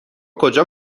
کجا